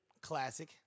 Classic